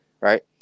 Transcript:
right